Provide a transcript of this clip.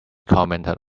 commented